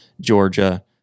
Georgia